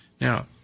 Now